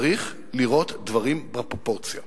צריך לראות דברים בפרופורציה.